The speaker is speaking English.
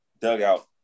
dugout